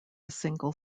single